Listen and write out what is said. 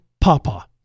papa